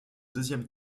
deuxième